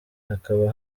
hakaba